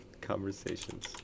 Conversations